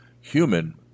human